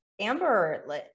Amber